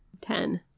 Ten